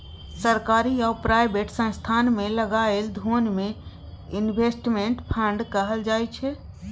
सरकारी आ प्राइवेट संस्थान मे लगाएल धोन कें इनवेस्टमेंट फंड कहल जाय छइ